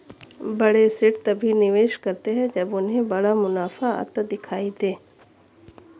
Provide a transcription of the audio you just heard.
बड़े सेठ तभी निवेश करते हैं जब उन्हें बड़ा मुनाफा आता दिखाई दे